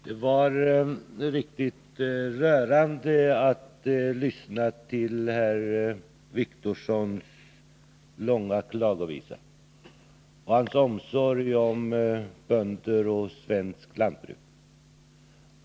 Herr talman! Det var riktigt rörande att lyssna till herr Wictorssons långa klagovisa och till hans uttalade omsorg om bönder och svenskt lantbruk.